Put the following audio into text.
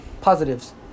Positives